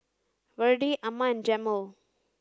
Verdie Amma and Jamel